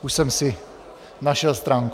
Už jsem si našel stránku.